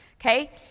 Okay